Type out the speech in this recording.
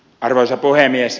arvoisa puhemies